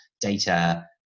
data